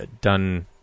done